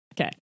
okay